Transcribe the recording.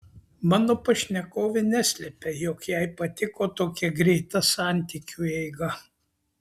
mano pašnekovė neslepia jog jai patiko tokia greita santykiu eiga